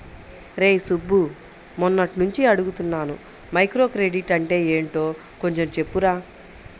రేయ్ సుబ్బు, మొన్నట్నుంచి అడుగుతున్నాను మైక్రోక్రెడిట్ అంటే యెంటో కొంచెం చెప్పురా